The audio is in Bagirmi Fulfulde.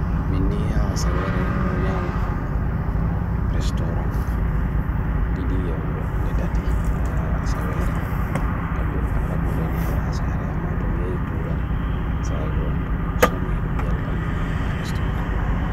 Meni ya asa vere, mironya maha restaurant didi ya wad netati, asa vere, kamburna pad, mironya maha asa vere. Amma tumi yei kugal, sayego tumi sumi, miyalkal menya maha restaurant man.